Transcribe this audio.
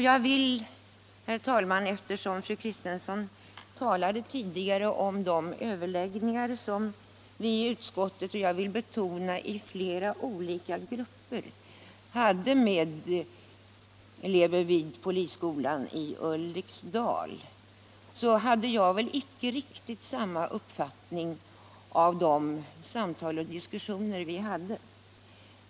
Jag vill säga, herr talman, eftersom fru Kristensson tidigare talade om de överläggningar som vi i utskottet — och jag vill betona i flera olika grupper — hade med elever vid polisskolan i Ulriksdal, att jag icke hade riktigt samma uppfattning om de samtal och diskussioner vi där förde.